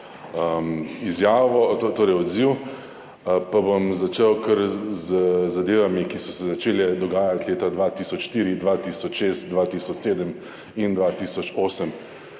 terjajo odziv, pa bom začel kar z zadevami, ki so se začele dogajati leta 2004, 2006, 2007 in 2008.